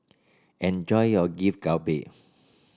enjoy your Galbi